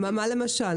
מה למשל?